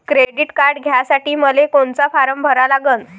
Credit card घ्यासाठी मले कोनचा फारम भरा लागन?